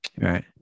right